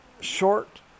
short